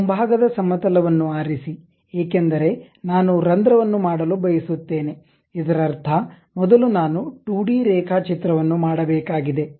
ಮುಂಭಾಗದ ಸಮತಲ ವನ್ನು ಆರಿಸಿ ಏಕೆಂದರೆ ನಾನು ರಂಧ್ರವನ್ನು ಮಾಡಲು ಬಯಸುತ್ತೇನೆ ಇದರರ್ಥ ಮೊದಲು ನಾನು 2 ಡಿ ರೇಖಾಚಿತ್ರವನ್ನು ಮಾಡಬೇಕಾಗಿದೆ